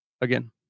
again